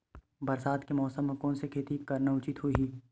बरसात के मौसम म कोन से खेती करना उचित होही?